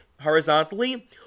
horizontally